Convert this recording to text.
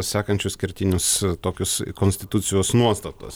sakančius kertinius tokius konstitucijos nuostatos